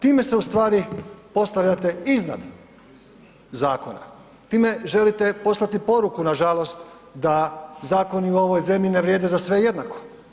Time se ustvari postavljate iznad zakona, time želite poslati poruku nažalost da zakoni u ovoj zemlji ne vrijede za sve jednako.